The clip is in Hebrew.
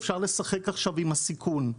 אפשר לשחק עכשיו עם הסיכון,